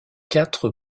quatre